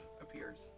appears